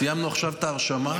סיימנו עכשיו את ההרשמה.